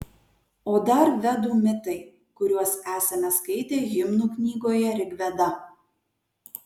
o dar vedų mitai kuriuos esame skaitę himnų knygoje rigveda